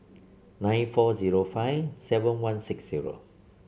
nine four zero five seven one six zero